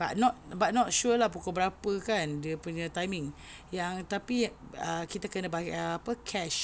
but not but not sure lah pukul berapa kan dia punya timing yang tapi ah kita kena bayar apa cash